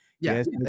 Yes